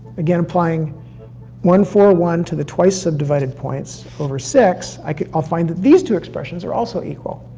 again, applying one, four, one to the twice subdivided points, over six, i could, i'll find that these two expressions are also equal.